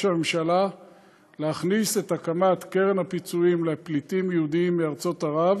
הממשלה להכניס את הקמת קרן הפיצויים לפליטים יהודים מארצות ערב